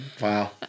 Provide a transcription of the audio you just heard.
Wow